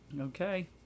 Okay